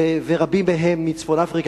ורבים מהם מצפון-אפריקה.